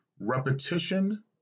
repetition